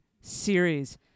series